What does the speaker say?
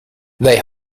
they